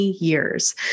years